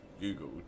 Google